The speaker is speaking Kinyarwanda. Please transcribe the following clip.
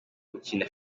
gukina